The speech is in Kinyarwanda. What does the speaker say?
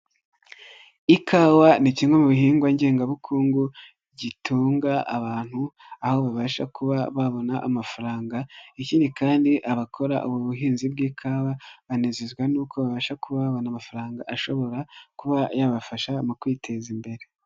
Ikawa ni kimwe mu bihingwa ngengabukungu, gitunga abantu, aho babasha kuba babona amafaranga, ikindi kandi abakora ubu buhinzi bw'ikawa, banezezwa nuko' babasha kubabona amafaranga ashobora, kuba yabafasha mu kwiteza imbere.